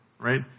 right